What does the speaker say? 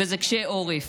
וזה "קשה ערף".